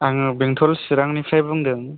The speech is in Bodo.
आङो बेंटल चिरांनिफ्राय बुंदों